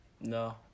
No